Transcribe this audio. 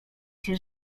się